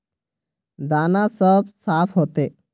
दाना सब साफ होते?